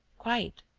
quite.